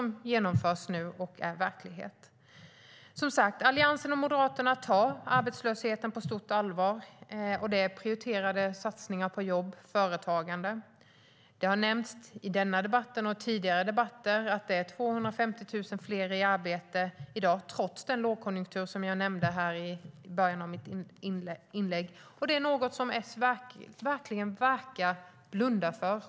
De genomförs nu och är verklighet. Alliansen och Moderaterna tar som sagt arbetslösheten på stort allvar och har prioriterat satsningar på jobb och företagande. Det har nämnts i denna och tidigare debatter att 250 000 fler är i arbete i dag trots den lågkonjunktur jag nämnde i början av mitt inlägg. Detta är något som S tycks blunda för.